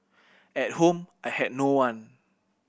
at home I had no one